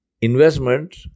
investment